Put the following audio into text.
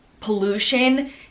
pollution